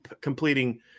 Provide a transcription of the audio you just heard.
completing